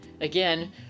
again